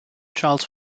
charles